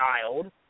child